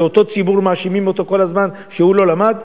שאותו ציבור כל הזמן מאשימים אותו שהוא לא למד,